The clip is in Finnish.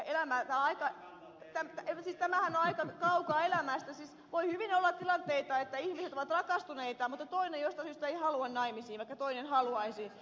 siis voi hyvin olla tilanteita että ihmiset ovat rakastuneita mutta toinen jostain syystä ei halua naimisiin vaikka toinen haluaisi